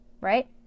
right